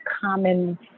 common